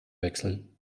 wechseln